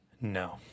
No